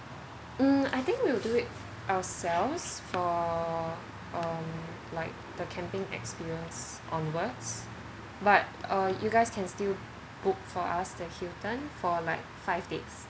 um I think we'll do it ourselves for um like the camping experience onwards but uh you guys can still book for us the hilton for like five days onwards